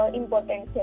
important